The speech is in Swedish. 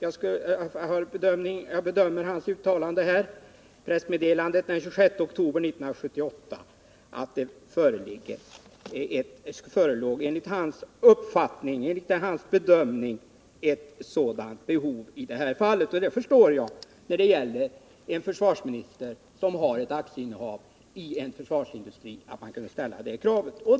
Jag bedömer hans uttalande i pressmeddelandet av den 26 oktober 1978 så , att det enligt hans bedömning förelåg ett sådant behov i det här fallet. Eftersom frågan gäller en försvarsminister som har ett aktieinnehav i en försvarsindustri, tycker jag att man bör kunna ställa det kravet.